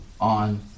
on